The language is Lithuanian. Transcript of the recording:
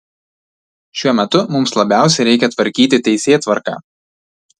šiuo metu mums labiausiai reikia tvarkyti teisėtvarką